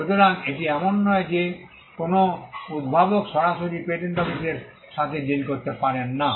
সুতরাং এটি এমন নয় যে কোনও উদ্ভাবক সরাসরি পেটেন্ট অফিসের সাথে ডিল করতে পারেন না